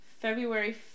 February